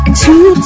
two